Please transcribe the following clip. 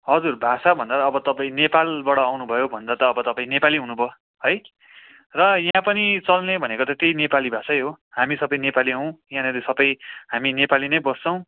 हजुर भाषाभन्दा अब तपाईँ नेपालबाट आउनुभयो भन्दा त अब तपाईँ नेपाली हुनुभयो है र यहाँ पनि चल्ने भनेको त त्यही नेपाली भाषै हो हामी सबै नेपाली हौँ यहाँनिर सबै हामी नेपाली नै बस्छौँ